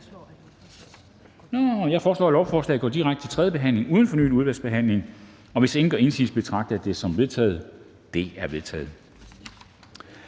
Jeg foreslår, at lovforslaget går direkte til tredje behandling uden fornyet udvalgsbehandling. Hvis ingen gør indsigelse, betragter jeg det som vedtaget. Det er vedtaget.